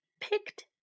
picked